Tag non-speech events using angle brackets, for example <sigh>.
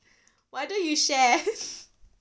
why don't you share <laughs>